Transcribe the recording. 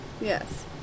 Yes